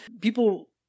people